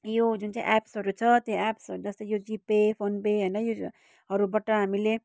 यो जुन चाहिँ एप्सहरू छ त्यो एप्सहरू जस्तो यो जिपे फोनपे होइन यो अरूबाट हामीले